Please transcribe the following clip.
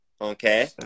Okay